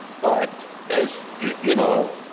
but as you know,